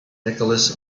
nicholas